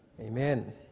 Amen